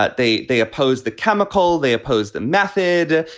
but they they oppose the chemical. they oppose the method.